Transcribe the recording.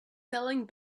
selling